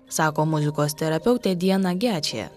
sako muzikos terapeutė diana gečė